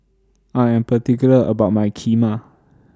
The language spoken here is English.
I Am particular about My Kheema